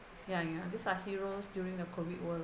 ya ya these are heroes during the COVID world